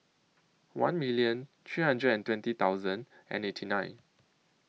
one minute three hundred and twenty thousand and eighty nine